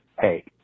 Hey